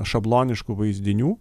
šabloniškų vaizdinių